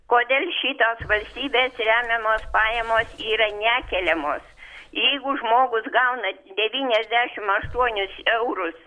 kodėl šitos valstybės remiamos pajamos yra nekeliamos jeigu žmogus gauna devyniasdešim aštuonis eurus